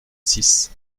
six